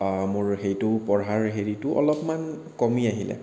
মোৰ সেইটো পঢ়াৰ হেৰিটো অলপমান কমি আহিল